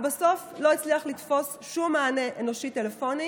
ובסוף לא הצליח לתפוס שום מענה אנושי טלפוני